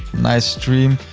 nice stream.